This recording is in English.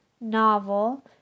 novel